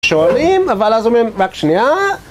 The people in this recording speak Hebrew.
שואלים, אבל אז אומרים, רק שנייה